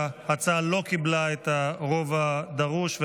ההצעה לא קיבלה את הרוב הדרוש,